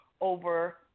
over